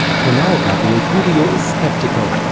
for now gabriel curio is sceptical,